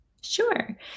Sure